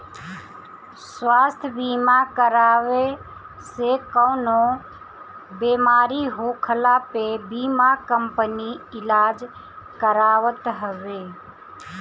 स्वास्थ्य बीमा कराए से कवनो बेमारी होखला पे बीमा कंपनी इलाज करावत हवे